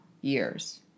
years